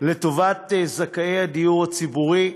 לטובת זכאי הדיור הציבורי,